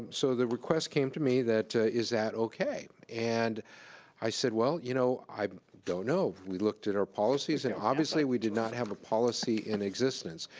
um so the request came to me that, is that okay. and i said, well, you know, i don't know. we looked at our policies and obviously we did not have a policy in existence.